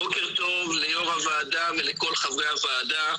בוקר טוב ליו"ר הוועדה ולכל חברי הוועדה.